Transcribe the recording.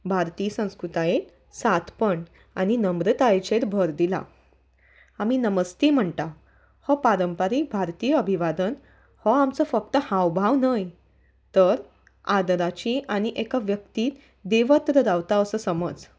भारतीय संस्कृतायेंत सादेपण आनी नम्रतायेचेर भर दिला आमी नमस्ते म्हणटा हो परंपरीक भारतीय अभिवादन हो आमचो फक्त हावभाव न्हय तर आदराची आनी एका व्यक्तीत देवत्र रावता असो समज